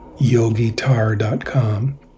yogitar.com